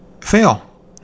fail